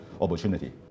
opportunity